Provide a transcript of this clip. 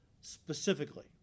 specifically